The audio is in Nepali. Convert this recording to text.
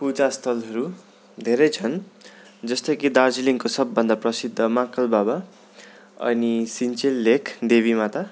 पूजा स्थलहरू धेरै छन् जस्तै कि दार्जिलिङको सबभन्दा प्रसिद्ध महाकाल बाबा अनि सिन्चेल लेक देवी माता